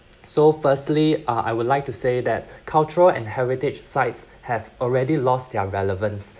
so firstly uh I would like to say that cultural and heritage sites have already lost their relevance